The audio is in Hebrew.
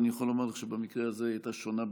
ואני יכול לומר לך שבמקרה הזה היא הייתה שונה בתכלית.